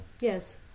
Yes